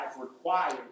required